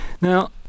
Now